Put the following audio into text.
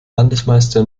landesmeister